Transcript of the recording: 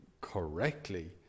correctly